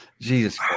Jesus